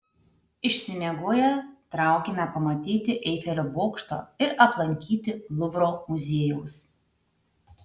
išsimiegoję traukėme pamatyti eifelio bokšto ir aplankyti luvro muziejaus